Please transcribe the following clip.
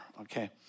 okay